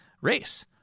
race